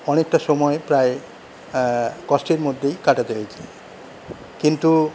অনেকটা সময় প্রায় কষ্টের মধ্যেই কাটাতে হয়েছে কিন্তু